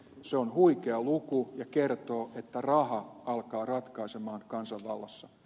se on huikea luku ja kertoo että raha alkaa ratkaista kansanvallassa